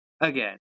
again